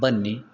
ಬನ್ನಿ